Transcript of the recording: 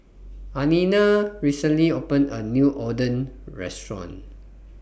Alina recently opened A New Oden Restaurant